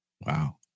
Wow